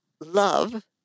Love